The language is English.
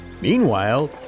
Meanwhile